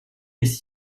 des